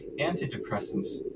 antidepressants